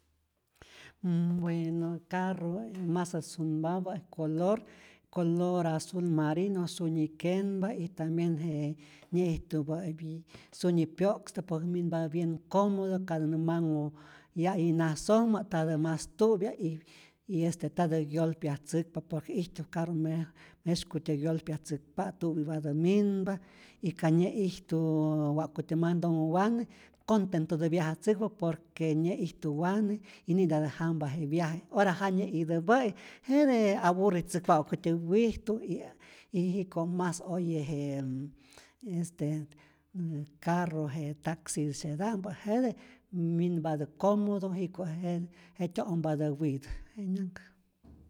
Mmm- bueno carru masät sunpapä color azul marino, sunyi kenpa y tambien je nyä'ijtupä sunyi pyo'kstäk por minpa bien comodo, ka tä nä manhu ya'yi nasojmä ntatä mas tu'pya y este ntatä gyolpiatzäkpa, por que ijtu carru nä myeskutyä gyolpiatzäkpa'k tu'pyä'patä minpa, y ka nyä'ijtu wa'kutyä mantonhu wane contentotä viajatzäkpa, por que nyä'ijtu wane y ni'ntatä jampa je viaje, ora ja nyä'täpä'i jete aburritzäkpatä ja'kutyä wijtu y y jiko' mas oye je este je carro je taxisyeta'mpä, jete minpatä comodo jiko' je jetyo' ompatä witä, jenyanhkä'.